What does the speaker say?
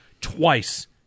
twice